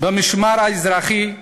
במשמר האזרחי,